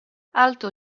alto